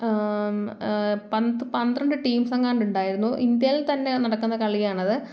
പന്ത് പന്ത്രണ്ട് ടീംസെങ്ങാണ്ട് ഉണ്ടായിരുന്നു ഇന്ത്യയിൽ തന്നെ നടക്കുന്ന കളിയാണത്